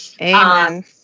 Amen